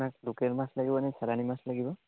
মাছ local মাছ লাগিব নে চালানি মাছ লাগিব